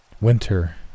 Winter